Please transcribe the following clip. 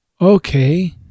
Okay